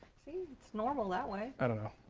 it's normal that way. i don't know,